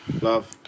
Love